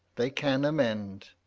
they can amend.